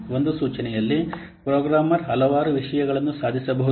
ಒಂದು ಸೂಚನೆಯಲ್ಲಿ ಪ್ರೋಗ್ರಾಮರ್ ಹಲವಾರು ವಿಷಯಗಳನ್ನು ಸಾಧಿಸಬಹುದು